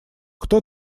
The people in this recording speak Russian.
кто